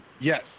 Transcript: Yes